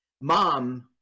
mom